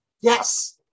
Yes